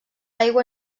aigua